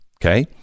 Okay